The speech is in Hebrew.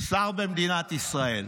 שר במדינת ישראל.